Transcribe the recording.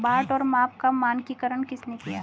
बाट और माप का मानकीकरण किसने किया?